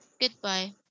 Goodbye